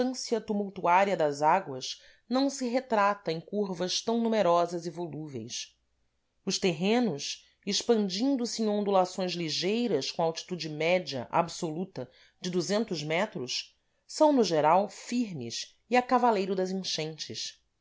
a inconstância tumultuária das águas não se retrata em curvas tão numerosas e volúveis os terrenos expandindo se em ondulações ligeiras com a altitude média absoluta de metros são no geral firmes e a cavaleiro das enchentes